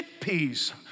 chickpeas